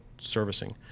servicing